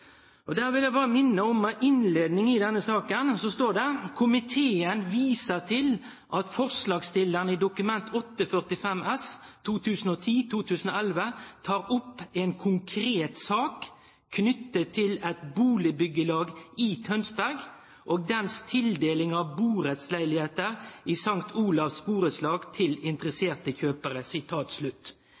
vil berre minne om at i innleiinga i innstillinga til denne saka står det at komiteen «viser til at forslagsstillerne i Dokument 8:45 S tar opp en konkret sak, knyttet til et boligbyggelag i Tønsberg, og dens tildeling av borettsleiligheter i St. Olavs borettslag til interesserte kjøpere».